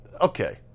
okay